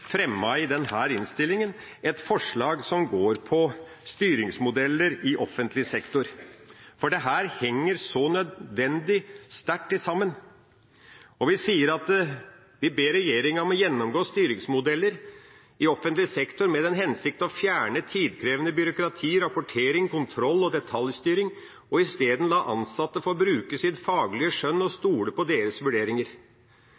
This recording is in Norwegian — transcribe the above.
har, på den beste måten. Derfor har Senterpartiet – sammen med Sosialistisk Venstreparti – i denne innstillinga fremmet et forslag som går på styringsmodeller i offentlig sektor, for dette henger nødvendigvis sterkt sammen. Vi sier at vi ber regjeringa om å «gjennomgå styringsmodeller i offentlig sektor med den hensikt å fjerne tidkrevende byråkrati, rapportering, kontroll og detaljstyring, og isteden la ansatte få bruke sitt faglige skjønn og